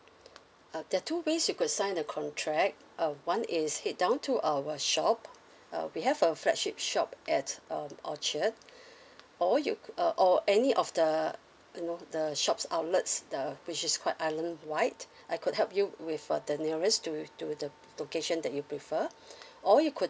uh there are two ways you could sign the contract uh one is head down to our shop uh we have a flagship shop at um orchard or you or any of the you know the shops outlets the which is quite islandwide I could help you with uh the nearest to to the location that you prefer or you could